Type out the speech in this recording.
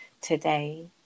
today